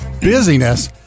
Busyness